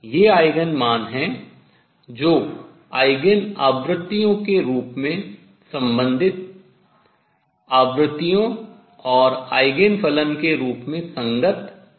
ये आयगेन मान हैं जो आयगेन आवृत्तियों के रूप में संबंधित आवृत्तियों और आयगेन फलन के रूप में संगत हल हैं